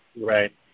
Right